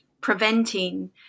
preventing